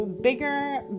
bigger